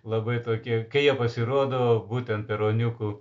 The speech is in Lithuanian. labai tokie kai jie pasirodo būtent per ruoniukų